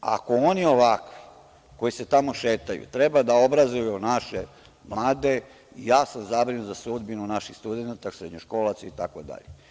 Ako oni ovakvi koji se tamo šetaju, treba da obrazuju naše mlade, ja sam zabrinut za sudbinu naših studenata, srednjoškolaca, itd.